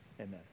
amen